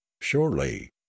surely